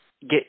get